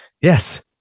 Yes